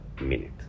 minute